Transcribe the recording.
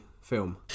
film